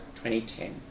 2010